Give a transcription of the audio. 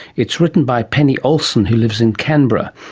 it's written by penny olsen, who lives in canberra,